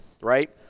right